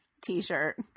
t-shirt